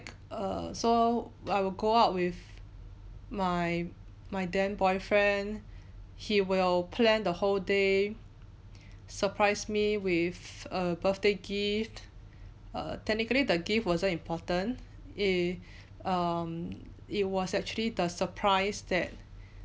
err so I will go out with my my then boyfriend he will plan the whole day surprise me with a birthday gift err technically the gift wasn't important a um it was actually the surprise that